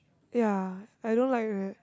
ya I don't like weird